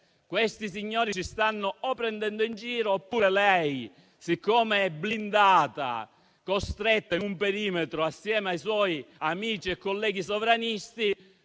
questi signori ci stanno prendendo in giro, oppure lei, siccome è blindata e costretta in un perimetro insieme ai suoi amici e colleghi sovranisti,